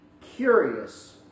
curious